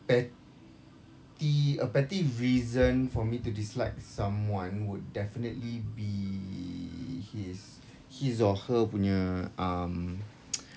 petty a petty reason for me to dislike someone would definitely be his his or her punya um